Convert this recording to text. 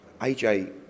AJ